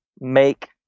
make